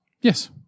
Yes